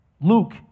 Luke